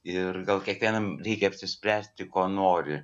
ir gal kiekvienam reikia apsispręsti ko nori